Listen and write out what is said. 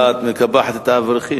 ככה את מקפחת את האברכים.